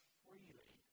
freely